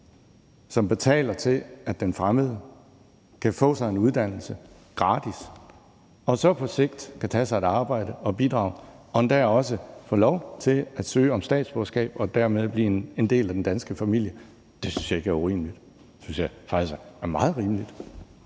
betaler til, at den fremmede kan få sig en uddannelse gratis og på sigt kan tage sig et arbejde og bidrage og en dag også få lov til at søge om statsborgerskab og dermed blive en del af den danske familie. Det synes jeg ikke er urimeligt, det synes jeg faktisk er meget rimeligt.